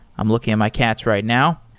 i'm looking at my cats right now.